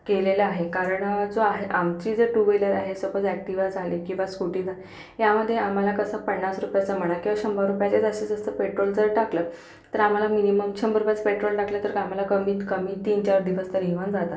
केलेलं आहे कारण जो आहे आमची जर टू व्हीलर आहे सपोज एक्टिवा झाली किंवा स्कूटी झाली यामध्ये आम्हाला कसं पन्नास रुपयाचं म्हणा किंवा शंभर रुपयाचं जास्तीत जास्त पेट्रोल जर टाकलं तर आम्हाला मिनिमम शंभर रुपयाचं पेट्रोल टाकलं तर आम्हाला कमीत कमी तीन चार दिवस तरी निवांत जातात